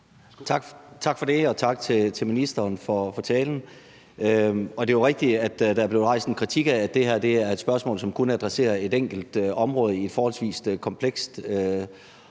Tak for det. Og tak til ministeren for talen. Det er jo rigtigt, at der er blevet rejst en kritik af, at det her forslag kun adresserer et enkelt element på et område, der